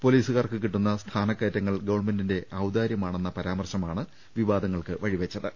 പൊലീസുകാർക്ക് കിട്ടുന്ന സ്ഥാനക്കയറ്റങ്ങൾ ഗവൺ മെന്റിന്റെ പരാമർശമാണ് വിവാദങ്ങൾക്ക് വഴിവെച്ചത്